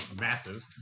massive